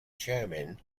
chairman